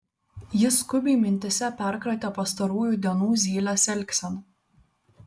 jis skubiai mintyse perkratė pastarųjų dienų zylės elgseną